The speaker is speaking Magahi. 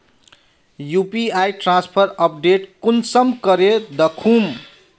यु.पी.आई ट्रांसफर अपडेट कुंसम करे दखुम?